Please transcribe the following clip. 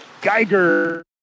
Geiger